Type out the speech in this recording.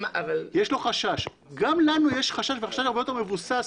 יש לו חשש, גם לנו יש חשש וחשש הרבה יותר מבוסס.